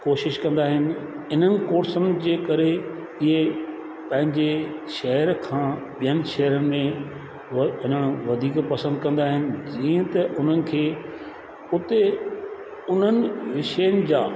कोशिश कंदा आहिनि इन्हनि कोर्सनि जे करे इहे पंहिंजे शहर खां ॿियनि शहरनि में वञणु वधीक पसंदि कंदा आहिनि जीअं त उन्हनि खे उते उन्हनि विषयनि जा